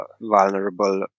vulnerable